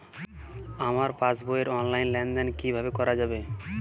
আমার পাসবই র অনলাইন লেনদেন কিভাবে করা যাবে?